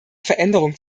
veränderung